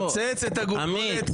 עמית,